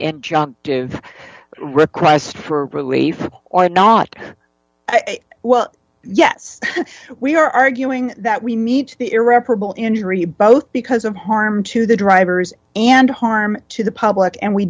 injunctive request for relief or not well yes we are arguing that we meet the irreparable injury both because of harm to the drivers and harm to the public and we